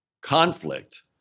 conflict